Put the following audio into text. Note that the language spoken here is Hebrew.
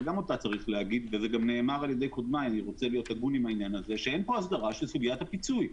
וזה גם נאמר על-ידי קודמיי שאין פה הסדרה של סוגיית הפיצוי.